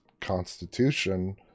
Constitution